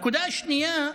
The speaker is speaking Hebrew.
הנקודה השנייה,